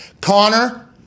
Connor